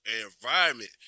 environment